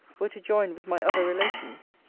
were to join with my other relations.